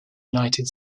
united